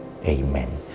Amen